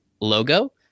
logo